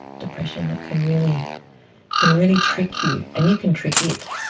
depression, it can really can really trick you and you can trick it.